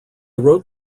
wrote